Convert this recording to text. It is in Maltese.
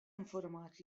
infurmat